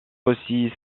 aussi